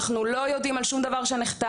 אנחנו לא יודעים על שום דבר שנחתם,